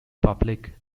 public